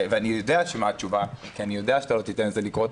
ואני יודע מה התשובה כי אני יודע שאתה לא תיתן לזה לקרות,